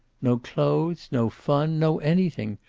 no clothes. no fun. no anything.